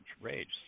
rage